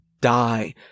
die